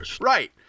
Right